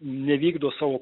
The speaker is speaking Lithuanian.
nevykdo savo